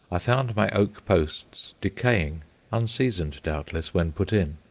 i found my oak posts decaying unseasoned, doubtless, when put in.